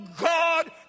God